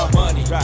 money